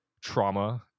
trauma